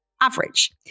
average